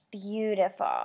beautiful